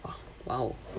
!wow!